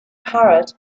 parrot